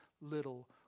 little